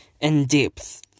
in-depth